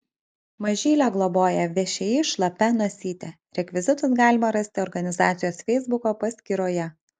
mažylę globoja všį šlapia nosytė rekvizitus galima rasti organizacijos feisbuko paskyroje